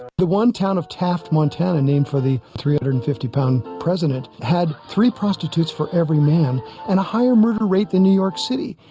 the one town of taft, montana named for the three hundred and fifty pound president had three prostitutes for every man and a higher murder rate than new york city